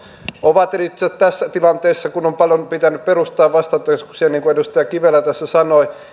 ovat erityisesti tässä tilanteessa kun on paljon pitänyt perustaa vastaanottokeskuksia niin kuin edustaja kivelä tässä sanoi